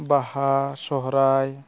ᱵᱟᱦᱟ ᱥᱚᱦᱨᱟᱭ